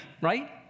right